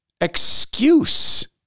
excuse